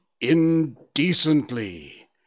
indecently